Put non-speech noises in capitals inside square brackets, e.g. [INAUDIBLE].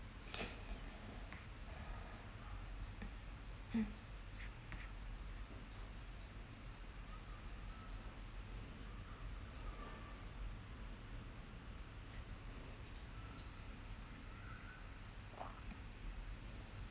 [BREATH] mm